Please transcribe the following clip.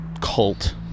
cult